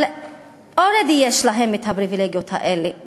אבל עוד יש להם הפריבילגיות האלה,